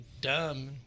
dumb